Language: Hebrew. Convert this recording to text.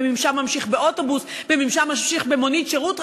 משם ממשיך באוטובוס ומשם ממשיך במונית שירות,